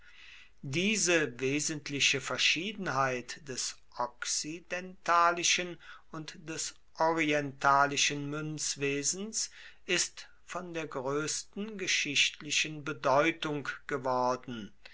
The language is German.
diese wesentliche verschiedenheit des okzidentalischen und des orientalischen münzwesens ist von der größten geschichtlichen bedeutung geworden